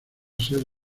ser